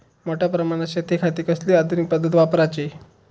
मोठ्या प्रमानात शेतिखाती कसली आधूनिक पद्धत वापराची?